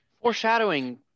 Foreshadowing